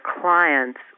clients